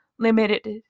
limited